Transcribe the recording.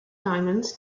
diamonds